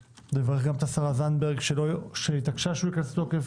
ומברך גם את השרה זנדברג שהתעקשה שהוא ייכנס לתוקף